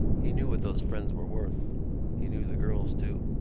he knew what those friends were worth he knew the girls too.